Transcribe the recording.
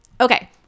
Okay